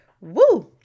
Woo